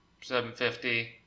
$7.50